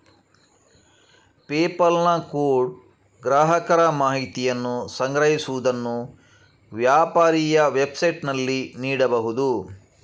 PayPal ನ code ಗ್ರಾಹಕರ ಮಾಹಿತಿಯನ್ನು ಸಂಗ್ರಹಿಸುವುದನ್ನು ವ್ಯಾಪಾರಿಯ ವೆಬ್ಸೈಟಿನಲ್ಲಿ ನೀಡಬಹುದು